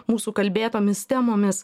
mūsų kalbėtomis temomis